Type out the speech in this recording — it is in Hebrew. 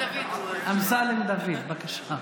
אמסלם דוד, בבקשה.